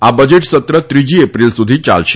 આ બજેટ સત્ર ત્રીજી એપ્રીલ સુધી યાલશે